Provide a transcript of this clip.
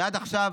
עד עכשיו